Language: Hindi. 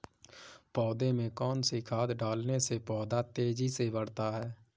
पौधे में कौन सी खाद डालने से पौधा तेजी से बढ़ता है?